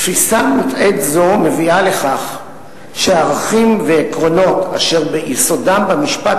תפיסה מוטעית זו מביאה לכך שערכים ועקרונות אשר יסודם במשפט